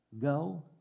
Go